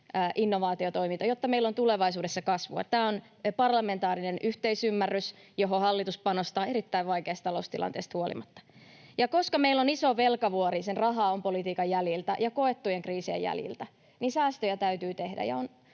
innovaatiotoimintaan, jotta meillä on tulevaisuudessa kasvua. Tästä on parlamentaarinen yhteisymmärrys, johon hallitus panostaa erittäin vaikeasta taloustilanteesta huolimatta. Ja koska meillä on iso velkavuori sen rahaa on ‑politiikan jäljiltä ja koettujen kriisien jäljiltä, niin säästöjä täytyy tehdä.